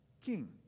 king